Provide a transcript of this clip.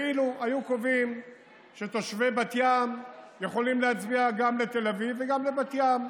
כאילו היו קובעים שתושבי בת ים יכולים להצביע גם לתל אביב וגם לבת ים.